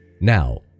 Now